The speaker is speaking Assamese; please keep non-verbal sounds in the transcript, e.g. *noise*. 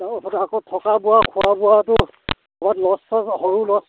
*unintelligible* আকৌ থকা বোৱা খোৱা বোৱাটো তাত লজ চজ সৰু লজ